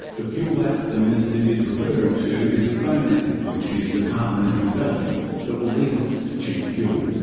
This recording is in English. the fuel app the minister is referring to is a phone app which his department is developing that will lead us to cheap fuel.